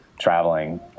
traveling